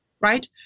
Right